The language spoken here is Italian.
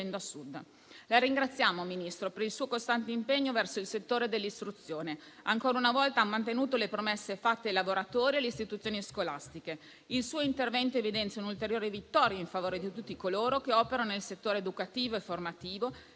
Sud. La ringraziamo, Ministro, per il suo costante impegno verso il settore dell'istruzione; ancora una volta, ha mantenuto le promesse fatte ai lavoratori e alle istituzioni scolastiche. Il suo intervento evidenzia un'ulteriore vittoria in favore di tutti coloro che operano nel settore educativo e formativo,